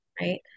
Right